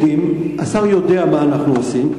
השר יודע מה אנחנו עושים,